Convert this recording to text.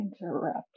interrupt